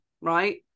Right